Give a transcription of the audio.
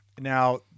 Now